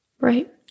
Right